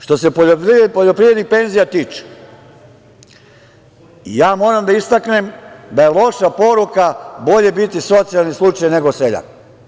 Što se poljoprivrednih penzija tiče, ja moram da istaknem da je loša poruka: bolje biti socijalni slučaj, nego seljak.